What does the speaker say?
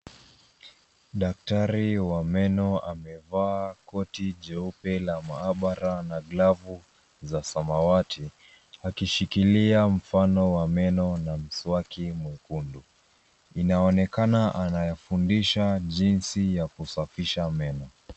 Daktari wa meno amevaa koti jeupe la maabara na glavu za samawati akishikilia mfano wa meno na mswaki mwekundu. Inaonekana anafundisha jinsi ya kusafisha meno.